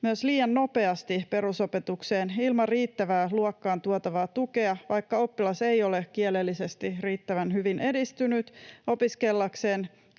myös liian nopeasti perusopetukseen ilman riittävää luokkaan tuotavaa tukea, vaikka oppilas ei ole kielellisesti riittävän hyvin edistynyt opiskellakseen